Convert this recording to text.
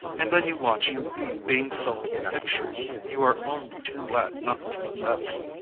and then you watch being sold pictures you are only too glad not to possess.